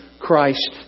Christ